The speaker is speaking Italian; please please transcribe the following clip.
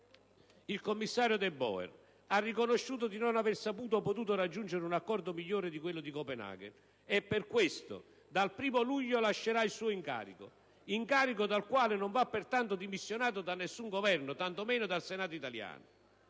il commissario De Boer ha riconosciuto di non aver saputo o potuto raggiungere un accordo migliore di quello di Copenaghen e per questo, dal 1° luglio, lascerà il suo incarico, dal quale non va pertanto dimissionato dal nessun Governo, tantomeno dal Senato italiano.